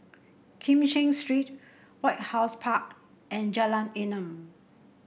Kim Cheng Street White House Park and Jalan Enam